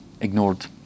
ignored